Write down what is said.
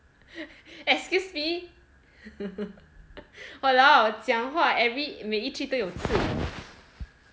excuse me !walao! 讲话 every 每一句都有刺